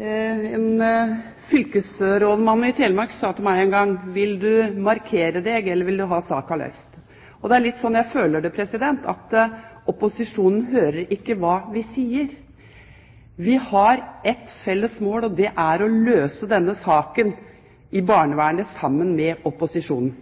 En fylkesrådmann i Telemark sa til meg en gang: Vil du markere deg, eller vil du ha saken løst? Det er litt sånn jeg føler det: Opposisjonen hører ikke hva vi sier. Vi har ett felles mål, og det er å løse denne saken i barnevernet sammen med opposisjonen.